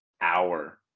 hour